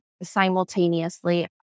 Simultaneously